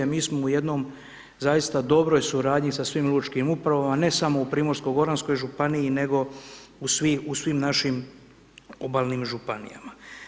Mi smo u jednoj zaista dobroj suradnji sa svim lučkim upravama, ne samo u Primorsko goranskoj županiji, nego u svim našim obalnim županijama.